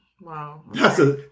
Wow